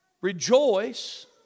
Rejoice